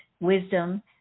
wisdom